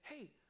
hey